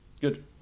good